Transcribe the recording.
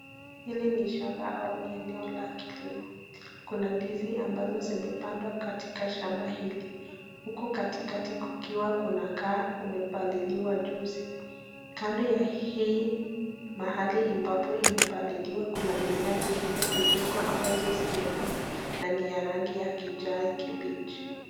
Hili ni shamba au ni eneo la kilimo, kuna ndizi ambazo zimepandwa katika shamba hili, huko katikati kukiwa kunakaa umepaliliwa juzi. Kando ya hii mahali ambapo imepaliliwa mimea zingine vidogo ambazo zimemea na ni ya rangi kijani kimbichi.